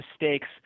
mistakes